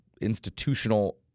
institutional